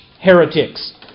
heretics